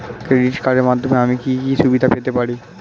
Credit কার্ডের মাধ্যমে আমি কি কি সুবিধা পেতে পারি?